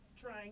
trying